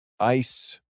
ice